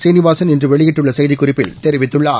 சீனிவாசன் இன்று வெளியிட்டுள்ள செய்திக்குறிப்பில் தெரிவித்துள்ளார்